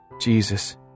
Jesus